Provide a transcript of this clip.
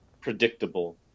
predictable